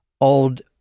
old